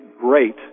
great